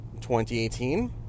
2018